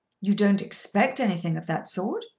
you don't expect anything of that sort?